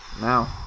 Now